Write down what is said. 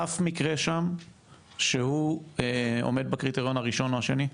אף מקרה שם שהוא עומד בקריטריון הראשון, או השני,